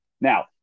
Now